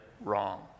wrong